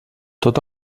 tot